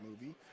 movie